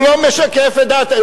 הוא לא משקף את דעת הממשלה.